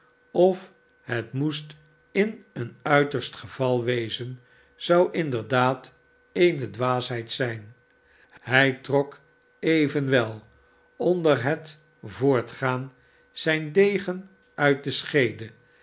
of het moest in een uiterst geval wezen zou inderdaad eene dwaasheid zijn hij trok evenwel onder het voortgaan zijn degen uit de scheede